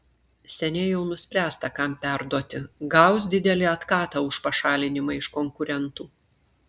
seniai jau nuspręsta kam perduoti gaus didelį atkatą už pašalinimą iš konkurentų